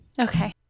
Okay